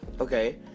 okay